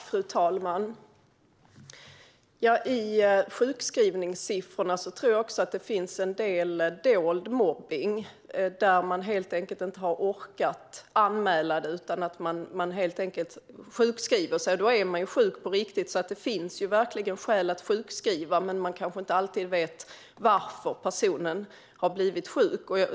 Fru talman! Jag tror att det finns en del dold mobbning i sjukskrivningssiffrorna; man har helt enkelt inte orkat anmäla det utan sjukskriver sig. Då är man sjuk på riktigt, så det finns skäl att sjukskriva, men berörda människor kanske inte alltid vet varför personen har blivit sjuk.